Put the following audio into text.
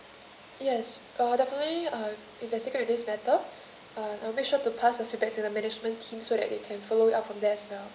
yes uh definitely uh investigate with this matter uh uh make sure to pass the feedback to management team so that they can follow you up from there as well